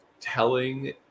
telling